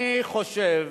אני חושב,